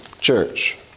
church